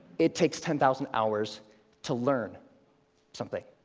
it takes ten thousand hours to learn something.